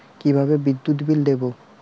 কিভাবে বিদ্যুৎ বিল দেবো?